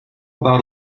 about